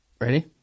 Ready